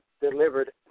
delivered